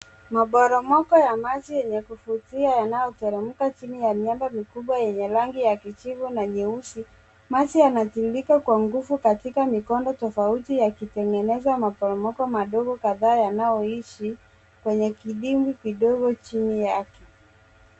Maporomoko ya maji yenye kuvutia yanaoteremka chini ya miamba mikubwa ya rangi ya kijivu na nyeusi. Maji yanatirirka kwa nguvu katika mikondo tofauti yakitengeza maporomoko madogo kadhaa yanaoishi kwenye kidimbwi kidogo chini yake.